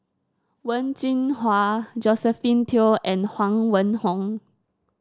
Wen Jinhua Josephine Teo and Huang Wenhong